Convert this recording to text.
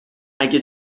اگه